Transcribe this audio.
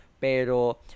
Pero